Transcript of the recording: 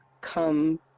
come